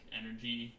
energy